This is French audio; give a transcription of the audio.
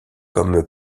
comme